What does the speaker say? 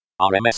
RMS